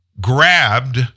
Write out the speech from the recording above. grabbed